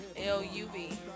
L-U-V